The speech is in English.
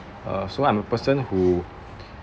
uh so I'm a person who